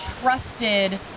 trusted